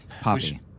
Poppy